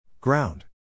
Ground